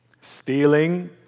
stealing